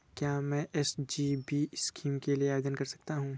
क्या मैं SGB scheme के लिए आवेदन कर सकता हूँ?